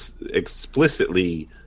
explicitly